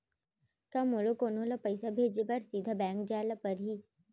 का मोला कोनो ल पइसा भेजे बर सीधा बैंक जाय ला परही?